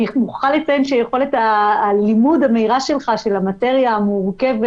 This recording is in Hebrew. אני פותח את ישיבת ועדת החוקה, חוק ומשפט.